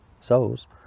souls